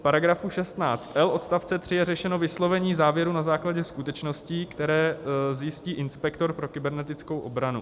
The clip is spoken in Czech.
V § 16l odst. 3 je řešeno vyslovení závěru na základě skutečností, které zjistí inspektor pro kybernetickou obranu.